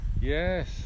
Yes